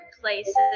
places